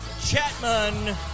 Chapman